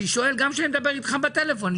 גם כשאני מדבר איתך בטלפון,